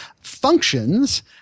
functions